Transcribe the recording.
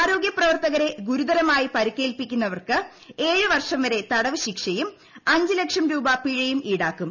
ആരോഗ്യപ്രവർത്തകരെ ഗുരുതരമായ പരിക്കേൽപ്പിക്കുന്നവർക്ക് ഏഴ് വർഷം വരെ തടവു ശിക്ഷയും അഞ്ച് ലക്ഷം രൂപ പിഴയും ഈടാക്കും